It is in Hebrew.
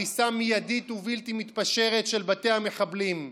הריסה מיידית ובלתי מתפשרת של בתי המחבלים,